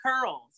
curls